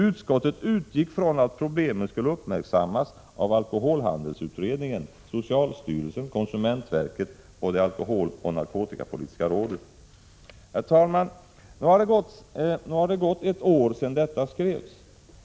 Utskottet utgick från att problemen skulle uppmärksammas av alkoholhandelsutredningen, socialstyrelsen, konsumentverket och det alkoholoch narkotikapolitiska rådet. Herr talman! Nu har det gått ett år sedan detta skrevs.